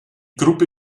gruppe